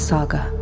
Saga